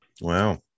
Wow